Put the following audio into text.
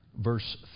verse